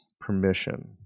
permission